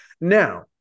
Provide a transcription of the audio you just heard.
Now